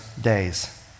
days